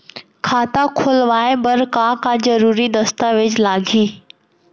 खाता खोलवाय बर का का जरूरी दस्तावेज लागही?